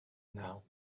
now